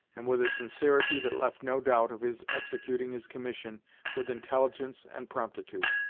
and with a sincerity that left no doubt of his executing his commission with intelligence and promptitude.